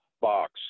box